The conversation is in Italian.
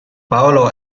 paolo